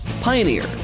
Pioneer